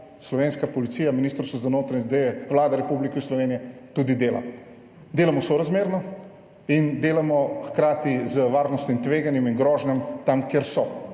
Slovenska policija, Ministrstvo za notranje zadeve, Vlada Republike Slovenije tudi dela. Delamo sorazmerno in delamo hkrati z varnostnim tveganjem in grožnjam, tam, kjer so,